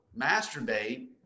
masturbate